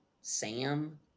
Sam